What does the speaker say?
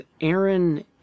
Aaron